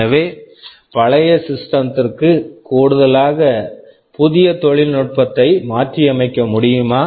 எனவே பழைய system system த்திற்கு பொருத்தமாக புதிய தொழில்நுட்பத்தை மாற்றியமைக்க முடியுமா